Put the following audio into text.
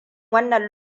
wannan